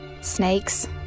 Snakes